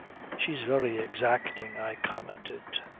she's very exacting, i commented.